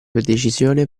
decisione